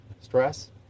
stress